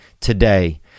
today